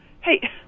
Hey